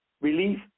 relief